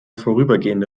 vorübergehende